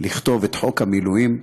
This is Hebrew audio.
לכתוב את חוק המילואים,